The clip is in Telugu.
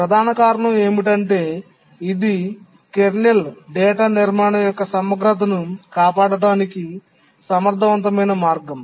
ప్రధాన కారణం ఏమిటంటే ఇది కెర్నల్ డేటా నిర్మాణం యొక్క సమగ్రతను కాపాడటానికి సమర్థవంతమైన మార్గం